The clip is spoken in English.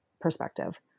perspective